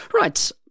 Right